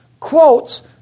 Quotes